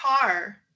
car